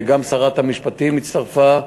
וגם שרת המשפטים הצטרפה,